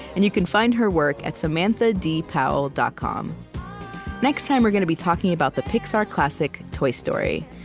and you can find her work at samanthadpowell dot com next time, we're going to be talking about the pixar classic, toy story.